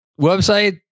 website